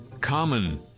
common